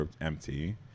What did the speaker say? empty